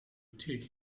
take